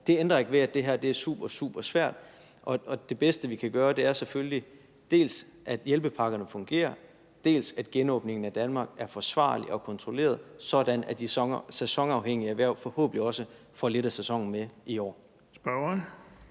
Det ændrer ikke ved, at det her er super, super svært, og det bedste, vi kan gøre, er selvfølgelig dels at sikre, at hjælpepakkerne fungerer, dels at genåbningen af Danmark er forsvarlig og kontrolleret, sådan at de sæsonafhængige erhverv forhåbentlig også får lidt af sæsonen med i år.